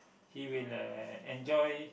he will uh enjoy